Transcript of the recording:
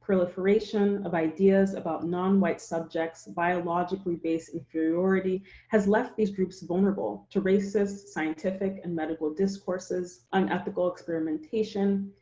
proliferation of ideas about non-white subjects' biologically-based inferiority has left these groups vulnerable to racist scientific and medical discourses, unethical experimentation,